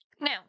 Now